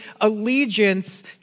allegiance